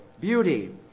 beauty